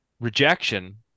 rejection